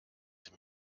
sie